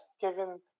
given